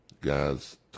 guys